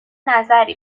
نظری